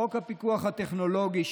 חוק הפיקוח הטכנולוגי,